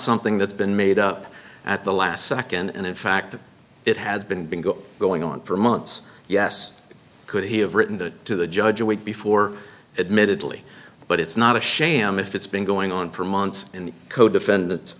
something that's been made up at the last second and in fact it has been bingo going on for months yes could he have written that to the judge a week before admittedly but it's not a sham if it's been going on for months and codefendant